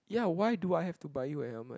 ya why do I have to buy you a helmet